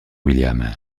william